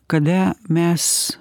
kada mes